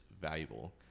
valuable